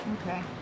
Okay